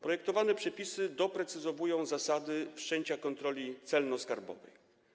Projektowane przepisy doprecyzowują zasady wszczęcia kontroli celno-skarbowej.